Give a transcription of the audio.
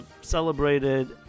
celebrated